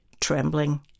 trembling